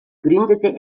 gründete